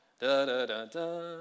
Da-da-da-da